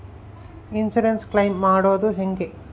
Insurance claim ಮಾಡದು ಹೆಂಗೆ?